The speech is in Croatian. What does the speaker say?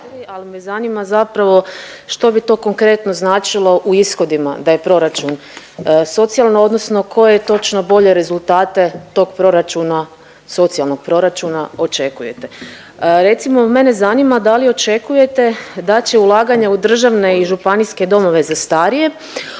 ali me zanima zapravo što bi to konkretno značilo u ishodima da je proračun socijalan odnosno koje točno bolje rezultate tog proračuna socijalnog proračuna očekujete? Recimo mene zanima da li očekujete da će ulaganja u državne i županijske domove za starije